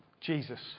Jesus